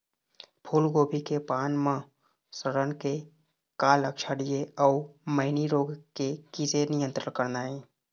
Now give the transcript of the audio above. फूलगोभी के पान म सड़न के का लक्षण ये अऊ मैनी रोग के किसे नियंत्रण करना ये?